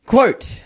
Quote